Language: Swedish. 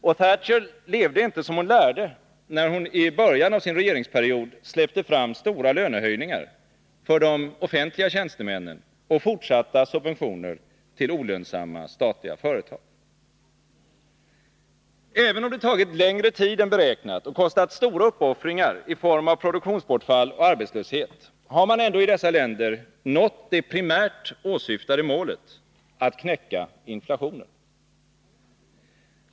Och Thatcher levde inte som hon lärde, när hon i början av sin regeringsperiod släppte fram stora lönehöjningar för de offentliga tjänstemännen och fortsatta subventioner till olönsamma statliga företag. Även om det tagit längre tid än beräknat och kostat stora uppoffringar i form av produktionsbortfall och arbetslöshet, har man i dessa länder nått det primärt åsyftade målet att knäcka inflationen.